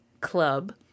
Club